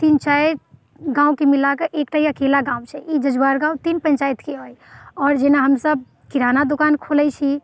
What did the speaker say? तीन चारि गामके मिलाकऽ एकटा ई अकेला गाम छै ई जजुआर गाम तीन पञ्चाइतके अइ आओर जेना हमसब किराना दोकान खोलै छी